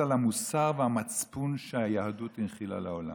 הוא הכריז אותה על המוסר ועל המצפון שהיהדות הנחילה לעולם.